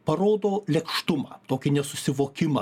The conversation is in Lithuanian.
parodo lėkštumą tokį nesusivokimą